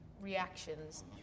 reactions